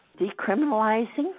decriminalizing